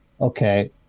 okay